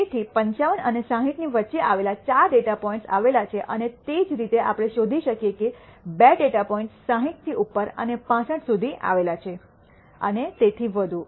તેથી 55 અને 60 ની વચ્ચે આવેલા 4 ડેટા પોઇન્ટ્સ આવેલા છે અને તે જ રીતે આપણે શોધી શકીયે કે બે ડેટા પોઇન્ટ્સ 60 થી ઉપર અને 65 સુધી આવેલા છે અને તેથી વધુ